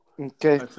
Okay